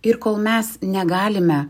ir kol mes negalime